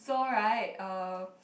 so right uh